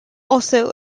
also